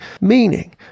Meaning